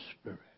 Spirit